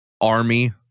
army